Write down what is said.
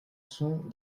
sont